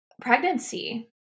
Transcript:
pregnancy